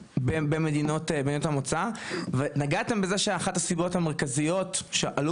במדינות במאת המוצא ונגעתם בזה שאחת הסיבות המרכזיות שעלו